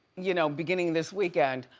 you know, beginning this weekend,